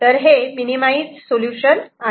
तर हे minimise solution आहे